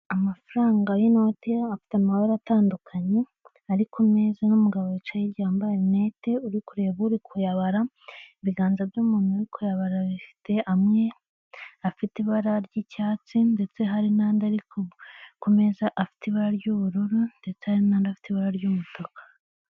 Amafaranga y'inote amafite amabara atandukanye, ari ku meza n'umugabo wicaye hirya wambaye rinete uri kureba uri kuyabara, ibiganza by'umuntu uri kuyabara bifite amwe afite ibara ry'icyatsi ndetse hari n'andi ari ku meza afite ibara ry'ubururu ndetse hari n'andi afite ibara ry'umutuku.